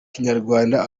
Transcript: kinyarwanda